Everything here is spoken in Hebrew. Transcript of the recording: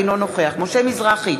אינו נוכח משה מזרחי,